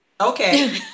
Okay